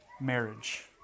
marriage